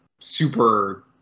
super –